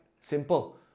Simple